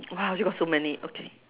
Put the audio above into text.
you got so many okay